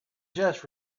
just